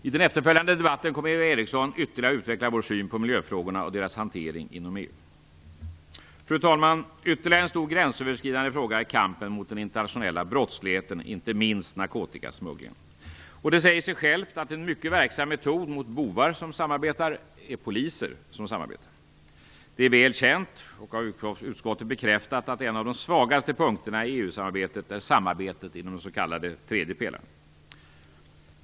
I den efterföljande debatten kommer Eva Eriksson att ytterligare utveckla vår syn på miljöfrågorna och deras hantering inom EU. Fru talman! Ytterligare en stor gränsöverskridande fråga är kampen mot den internationella brottsligheten, inte minst narkotikasmugglingen. Det säger sig självt att en mycket verksam metod mot bovar som samarbetar är poliser som samarbetar. Det är väl känt och av utskottet bekräftat att en av de svagaste punkterna i EU-samarbetet är samarbetet inom den s.k.